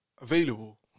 Available